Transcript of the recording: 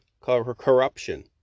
corruption